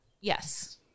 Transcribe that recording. Yes